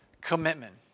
commitment